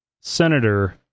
senator